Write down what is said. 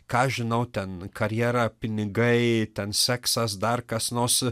ką aš žinau ten karjera pinigai ten seksas dar kas nors